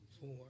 four